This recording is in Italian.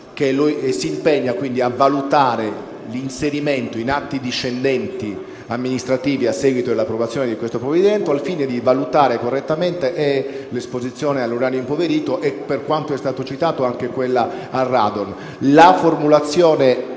e si impegna a valutarne l'inserimento in atti discendenti amministrativi, a seguito dell'approvazione di questo provvedimento, al fine di valutare correttamente sia l'esposizione all'uranio impoverito che, per quanto è stato ricordato, al radon.